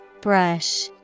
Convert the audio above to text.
Brush